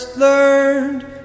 learned